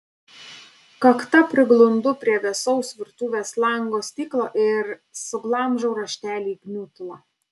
kakta priglundu prie vėsaus virtuvės lango stiklo ir suglamžau raštelį į gniutulą